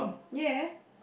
ya